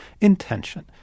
intention